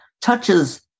touches